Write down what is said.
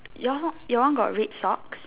your your one got red socks